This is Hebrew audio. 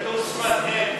כתוב "שפת אם".